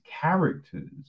characters